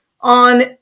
on